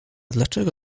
dlaczego